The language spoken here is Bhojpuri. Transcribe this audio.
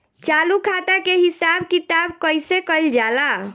चालू खाता के हिसाब किताब कइसे कइल जाला?